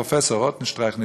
פרופ' רוטנשטרייך,